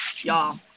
y'all